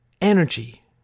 energy